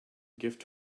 gift